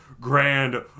grand